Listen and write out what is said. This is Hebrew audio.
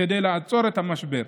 כדי לעצור את המשבר.